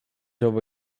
over